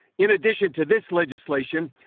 in addition to this legislation,